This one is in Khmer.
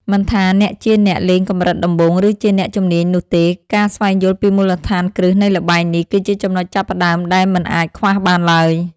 មិនថាអ្នកជាអ្នកលេងកម្រិតដំបូងឬជាអ្នកជំនាញនោះទេការស្វែងយល់ពីមូលដ្ឋានគ្រឹះនៃល្បែងនេះគឺជាចំណុចចាប់ផ្តើមដែលមិនអាចខ្វះបានឡើយ។